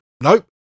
nope